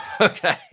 Okay